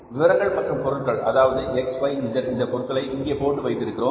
விவரங்கள் மற்றும் பொருட்கள் அதாவது X Y Z இந்த பொருட்களை இங்கே போட்டு வைத்து இருக்கிறோம்